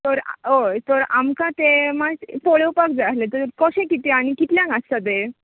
sir हय sir आमकां तें मात पळोवपाक जाय आसलें तें कशें कितें आनी कितल्यांक आसा तें